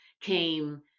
came